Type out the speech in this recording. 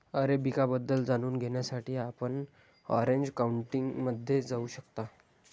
arabica बद्दल जाणून घेण्यासाठी आपण ऑरेंज काउंटीमध्ये जाऊ शकता